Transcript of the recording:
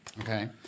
Okay